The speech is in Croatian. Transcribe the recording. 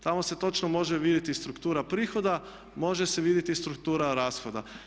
Tamo se točno može vidjeti struktura prihoda, može se vidjeti struktura rashoda.